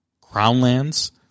Crownlands